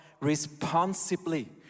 responsibly